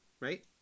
Right